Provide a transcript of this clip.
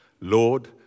Lord